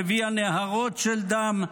והביאה נהרות של דם,